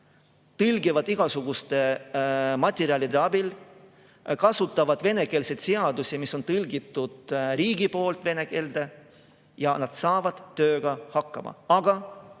tõlgivad igasuguste materjalide abil, kasutavad venekeelseid seadusi, mis on tõlgitud riigi poolt vene keelde, ja nad saavad tööga hakkama.